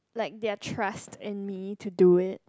like their trust in me to do it